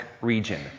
region